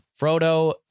Frodo